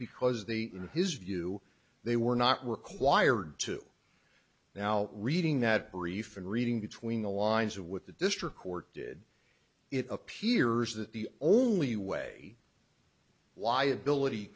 because they in his view they were not required to now reading that brief and reading between the lines of what the district court did it appears that the only way liability